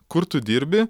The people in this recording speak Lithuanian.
kur tu dirbi